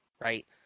right